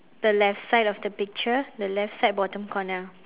the left side of the picture the left side bottom corner